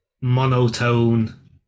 monotone